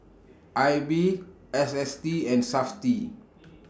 I B S S T and Safti